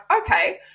Okay